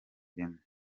ireme